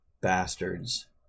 bastards